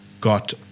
got –